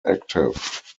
active